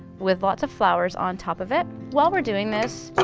with lots of flowers on top of it. while we are doing this,